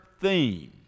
theme